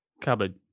cupboard